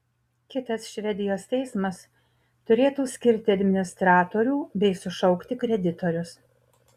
kitas švedijos teismas turėtų skirti administratorių bei sušaukti kreditorius